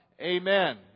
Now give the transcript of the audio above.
Amen